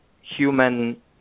human